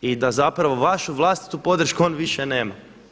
i da vašu vlastitu podršku on više nema.